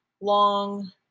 long